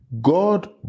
God